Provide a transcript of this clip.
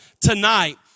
tonight